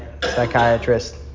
Psychiatrist